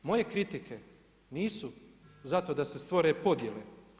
Moje kritike nisu za to da se stvore podijele.